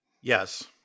Yes